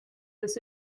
this